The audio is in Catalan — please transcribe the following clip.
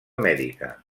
mèdica